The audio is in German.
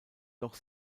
doch